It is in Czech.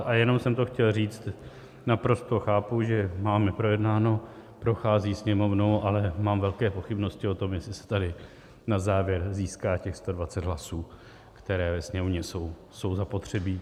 A jenom to jsem chtěl říct: Naprosto chápu, že máme projednáno, prochází Sněmovnou, ale mám velké pochybnosti o tom, jestli se tady na závěr získá těch 120 hlasů, které ve Sněmovně jsou zapotřebí.